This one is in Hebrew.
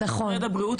שמשרד הבריאות,